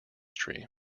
tree